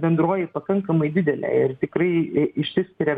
bendroji pakankamai didelė ir tikrai i išsiskiria